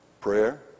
Prayer